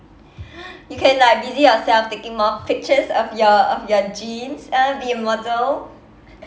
you can like busy yourself taking more pictures of your of your jeans uh be a model